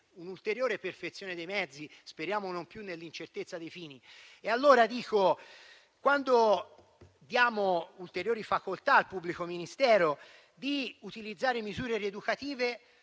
un'ulteriore perfezione dei mezzi, speriamo non più nell'incertezza dei fini. Quando diamo ulteriori facoltà al pubblico ministero di utilizzare misure rieducative,